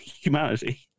humanity